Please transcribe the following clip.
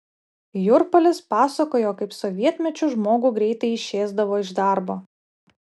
jurpalis pasakojo kaip sovietmečiu žmogų greitai išėsdavo iš darbo